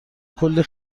کلی